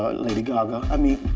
lady gaga. i mean,